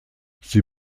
sie